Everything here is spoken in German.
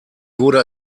wurde